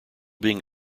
being